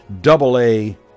double-A